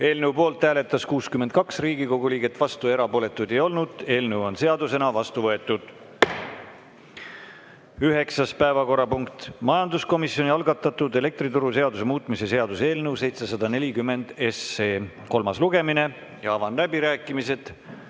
Eelnõu poolt hääletas 62 Riigikogu liiget, vastuolijaid ega erapooletuid ei olnud. Eelnõu on seadusena vastu võetud. Üheksas päevakorrapunkt: majanduskomisjoni algatatud elektrituruseaduse muutmise seaduse eelnõu 740 kolmas lugemine. Avan läbirääkimised.